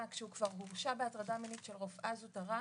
כשהוא כבר הורשע בהטרדה מינית של רופאה זותרה,